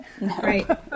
Right